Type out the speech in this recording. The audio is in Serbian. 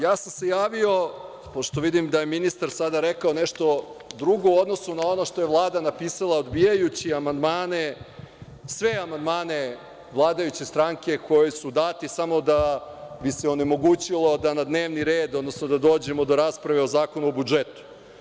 Ja sam se javio, pošto vidim da je ministar sada rekao nešto drugo u odnosu na ono što je Vlada napisala odbijajući sve amandmane vladajuće stranke koji su dati, samo da bi se onemogućilo da na dnevni red, odnosno da dođemo do rasprave o budžetu.